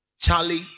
Charlie